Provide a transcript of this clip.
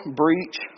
breach